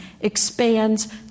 expands